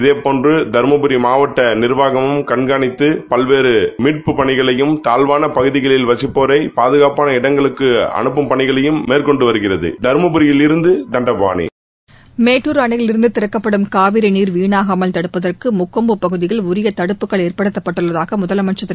இதேபோன்று தருமபுரி மாவட்ட நிர்வாகமும் கண்காணித்து பல்வேறு மீட்பு பணியையும் தாழ்வான பகுதியில் வசிப்போரை பாதுகாப்பாள இடங்களுக்கு அனுப்பும் பணிகளையும் செய்து வருகின்றனது மேட்டுர் அணையிலிருந்து திறக்கப்படும் காவிரி நீர் வீணாகாமல் தடுப்பதற்கு முக்கொம்பு பகுதியில் உரிய தடுப்புகள் ஏற்படுத்தப்பட்டுள்ளதாக முதலமைச்சர் திரு